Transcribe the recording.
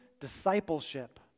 discipleship